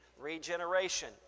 regeneration